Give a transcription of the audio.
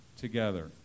together